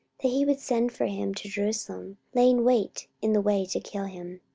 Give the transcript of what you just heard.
that he would send for him to jerusalem, laying wait in the way to kill him.